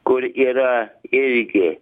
kur yra irgi